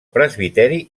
presbiteri